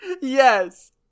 Yes